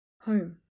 Home